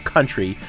Country